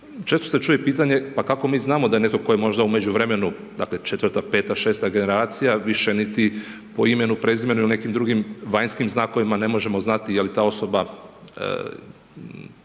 Često se čuje pitanje, pa kako mi znamo da je netko tko je možda u međuvremenu, dakle, 4, 5, 6 generacija, više niti po imenu, prezimenu ili nekim drugim vanjskim znakovima ne možemo znati je li ta osoba